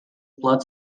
blood